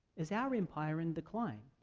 is our empire in decline?